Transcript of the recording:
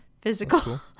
physical